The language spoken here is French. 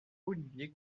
olivier